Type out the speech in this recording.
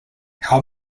how